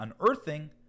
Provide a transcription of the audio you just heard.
unearthing